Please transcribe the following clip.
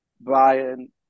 Brian